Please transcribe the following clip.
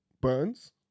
Burns